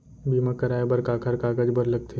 बीमा कराय बर काखर कागज बर लगथे?